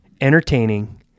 entertaining